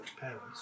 parents